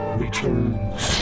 returns